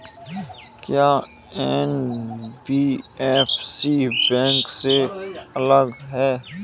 क्या NBFC bank से अलग है?